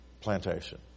plantation